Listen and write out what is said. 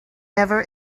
never